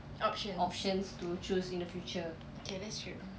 options to choose in the future